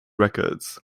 records